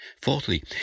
Fourthly